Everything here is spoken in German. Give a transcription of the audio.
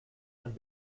ein